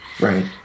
Right